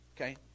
okay